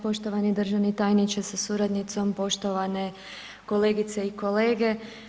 Poštovani državni tajniče sa suradnicom, poštovani kolegice i kolege.